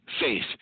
faith